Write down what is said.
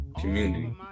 community